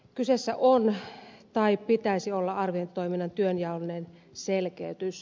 kyseessä on tai pitäisi olla arviointitoiminnan työnjaollinen selkeytys